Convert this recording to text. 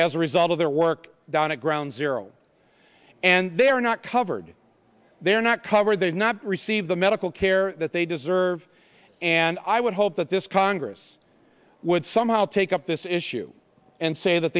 as a result of their work done at ground zero and they are not covered they are not covered they are not receive the medical care that they deserve and i would hope that this congress would somehow take up this issue and say that